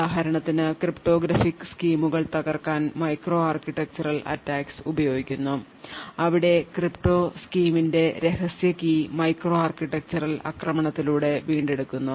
ഉദാഹരണത്തിന് ക്രിപ്റ്റോഗ്രാഫിക് സ്കീമുകൾ തകർക്കാൻ മൈക്രോ ആർക്കിടെക്ചറൽ attcks ഉപയോഗിക്കുന്നു അവിടെ ക്രിപ്റ്റോ സ്കീമിന്റെ രഹസ്യ കീ മൈക്രോ ആർക്കിടെക്ചറൽ ആക്രമണത്തിലൂടെ വീണ്ടെടുക്കുന്നു